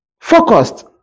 focused